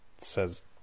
says